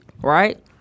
Right